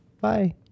Bye